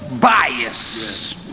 bias